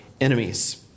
enemies